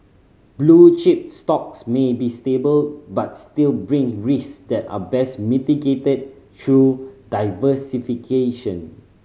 blue chip stocks may be stable but still brings risk that are best mitigated through diversification